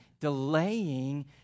delaying